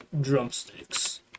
drumsticks